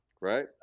Right